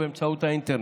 באמצעות האינטרנט.